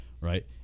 Right